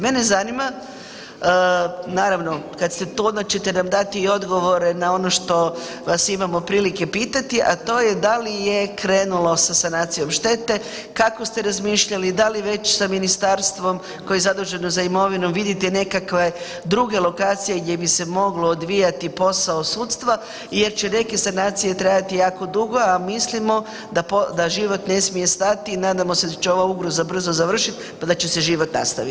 Mene zanima, naravno kad ste tu onda ćete nam dati i odgovore na ono što vas imamo prilike pitati, a to je da li je krenulo sa sanacijom štete, kako ste razmišljali, da li već sa ministarstvom koje je zaduženo za imovinu vidite nekakve druge lokacije gdje bi se mogao odvijati posao sudstva jer će neke sanacije trajati jako dugo, a mislimo da život da ne smije stati i nadamo da će ova ugroza brzo završiti, pa da će se život nastaviti.